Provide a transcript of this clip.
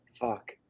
fuck